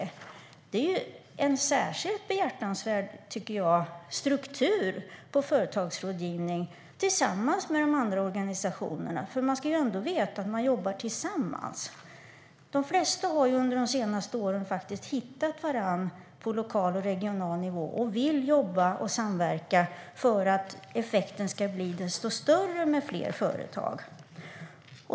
Jag tycker att de verkligen har en särskilt behjärtansvärd struktur på företagsrådgivningen tillsammans med de andra organisationerna. Man ska ändå veta att de jobbar tillsammans. De flesta har under de senaste åren hittat varandra på lokal och regional nivå och vill jobba och samverka för att effekten ska bli desto större med fler företag.